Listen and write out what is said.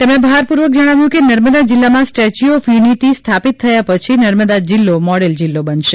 તેમણે ભારપૂર્વક જણાવ્યું કે નર્મદા જિલ્લામાં સ્ટેચ્યુ ઓફ યુનિટી સ્થાપિત થયા પછી નર્મદા જિલ્લો મોડેલ જિલ્લો બનશે